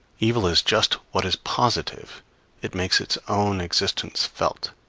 evil is just what is positive it makes its own existence felt.